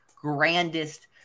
grandest